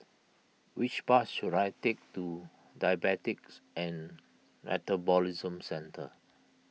which bus should I take to Diabetes and Metabolism Centre